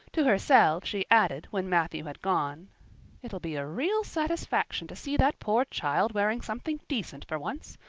to herself she added when matthew had gone it'll be a real satisfaction to see that poor child wearing something decent for once.